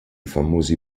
famosi